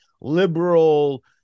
liberal